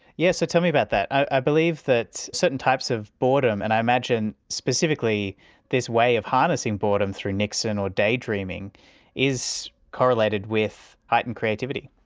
yes, so tell me about that. i believe that certain types of boredom, and i imagine specifically this way of harnessing boredom through niksen or daydreaming is correlated with heightened creativity.